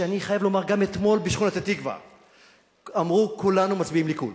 שאני חייב לומר: גם אתמול בשכונת-התקווה אמרו: כולנו מצביעים ליכוד,